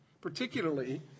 particularly